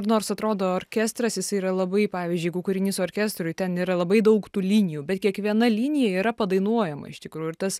nors atrodo orkestras jisai yra labai pavyzdžiui jeigu kūrinys orkestrui ten yra labai daug tų linijų bet kiekviena linija yra padainuojama iš tikrųjų ir tas